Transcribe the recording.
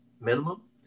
minimum